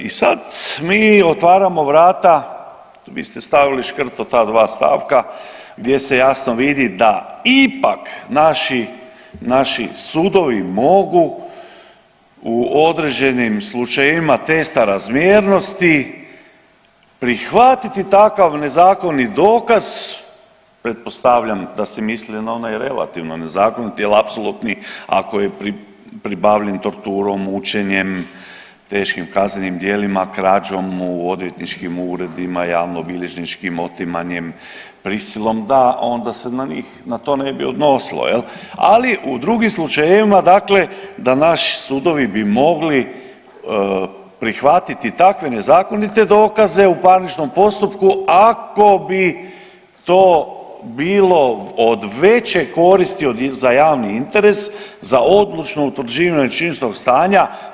I sad mi otvaramo vrata vi ste stavili škrto ta dva stavka gdje se jasno vidi da ipak naši sudovi mogu u određenim slučajevima testa razmjernosti prihvatiti takav nezakonit dokaz pretpostavljam da ste mislili na onaj relativno nezakoniti, jer apsolutni ako je pribavljen torturom, mučenjem, teškim kaznenim djelima, krađom u odvjetničkim uredima, javno-bilježničkim otimanjem, prisilom, da, onda se na njih na to ne bi odnosilo, je li, ali u drugim slučajevima, dakle da naši sudovi bi mogli prihvatiti takve nezakonite dokaze u parničnom postupku ako bi to bilo od veće koriste za javni interes za odlučno utvrđivanje činjeničkog stanja.